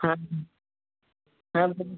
হ্যাঁ হ্যাঁ